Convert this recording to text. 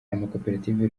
amakoperative